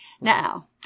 Now